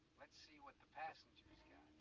let's see what the passengers yeah